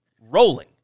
rolling